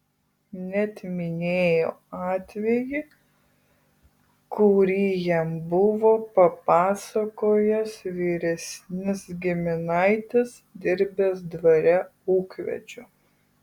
net minėjo atvejį kurį jam buvo papasakojęs vyresnis giminaitis dirbęs dvare ūkvedžiu